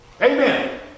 Amen